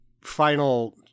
final